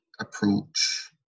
approach